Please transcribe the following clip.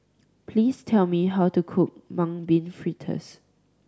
please tell me how to cook Mung Bean Fritters